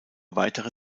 weitere